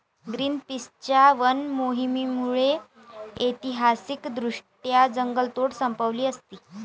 ग्रीनपीसच्या वन मोहिमेमुळे ऐतिहासिकदृष्ट्या जंगलतोड संपली असती